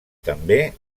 també